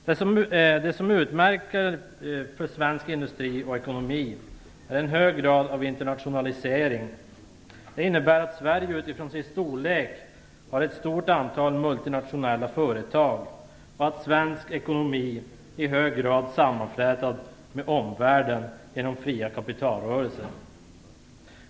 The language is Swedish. Det som är utmärkande för svensk industri och ekonomi är en hög grad av internationalisering. Det innebär att Sverige utifrån sin storlek har ett stort antal multinationella företag och att svensk ekonomi i hög grad är sammanflätad med omvärlden genom fria kapitalrörelser.